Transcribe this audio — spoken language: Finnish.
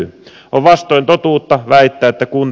on vastoin totuutta väittää että kun